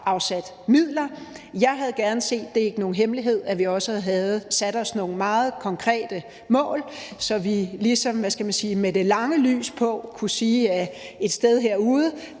afsat midler. Jeg havde gerne set – og det er ikke nogen hemmelighed – at vi også havde sat os nogle meget konkrete mål, så vi ligesom med det lange lys på kunne sige, at et sted derude